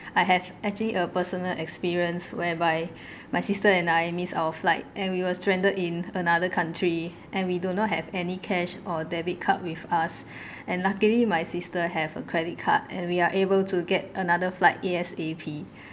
I have actually a personal experience whereby my sister and I missed our flight and we were stranded in another country and we do not have any cash or debit card with us and luckily my sister have a credit card and we are able to get another flight A_S_A_P